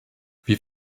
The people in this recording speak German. wir